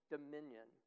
dominion